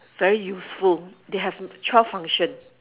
very useful they have twelve function